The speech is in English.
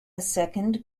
second